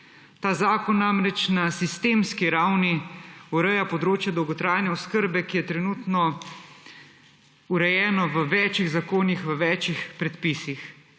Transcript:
Ta zakon namreč na sistemski ravni ureja področje dolgotrajne oskrbe, ki je trenutno urejeno v več zakonih, v več predpisih